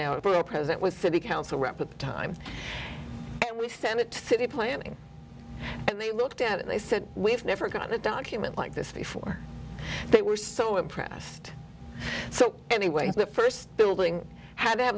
a president with city council rep at the time and we sent it to city planning and they looked at it they said we've never gotten a document like this before they were so impressed so anyways the first building had